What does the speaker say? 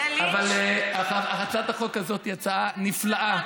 אבל הצעת החוק הזאת היא הצעה נפלאה,